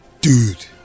Dude